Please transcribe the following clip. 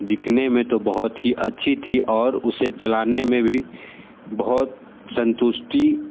दिखने मे तो बहुत ही अच्छी थी और उसे चलाने मे भी बहुत संतुष्टि